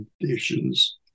conditions